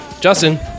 Justin